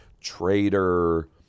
traitor